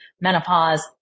menopause